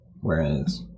whereas